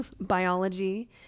biology